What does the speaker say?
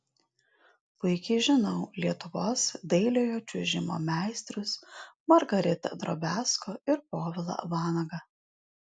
puikiai žinau lietuvos dailiojo čiuožimo meistrus margaritą drobiazko ir povilą vanagą